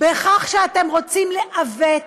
בכך שאתם רוצים לעוות